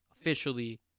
officially